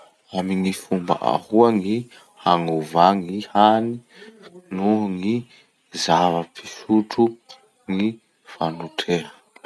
Amin'ny fomba ahoa gny hanova gny hany noho ny zava-pisotro ny fanotreha?